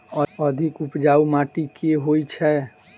अधिक उपजाउ माटि केँ होइ छै?